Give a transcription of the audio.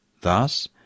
Thus